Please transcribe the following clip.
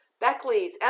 Beckley's